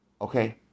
Okay